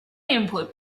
input